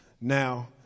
Now